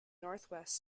northwest